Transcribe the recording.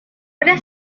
ahora